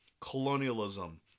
colonialism